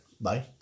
bye